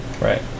Right